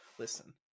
listen